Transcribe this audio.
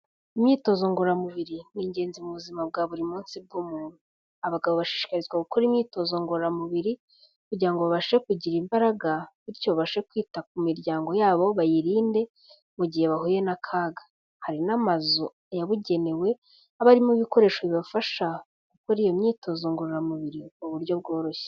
Imyitozo ngororamubiri ni ingenzi mu buzima bwa buri munsi bw'umuntu, abagabo bashishikarizwa gukora imyitozo ngororamubiri kugira ngo babashe kugira imbaraga bityo babashe kwita ku miryango yabo bayirinde mu gihe bahuye n'akaga, hari n'amazu yabugenewe aba arimo ibikoresho bibafasha gukora iyo myitozo ngororamubiri mu buryo bworoshye.